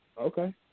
okay